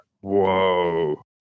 Whoa